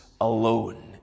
alone